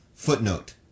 Footnote